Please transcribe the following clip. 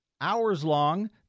hours-long